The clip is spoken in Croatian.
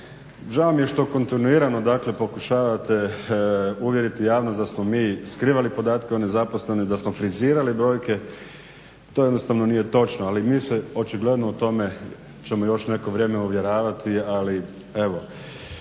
Žao mi je što kontinuirano pokušavate uvjeriti javnost da smo mi skrivali podatke o nezaposlenosti, da smo frizirali brojke. To jednostavno nije točno, ali mi se očigledno u tome ćemo još neko vrijeme uvjeravati ali evo